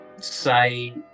say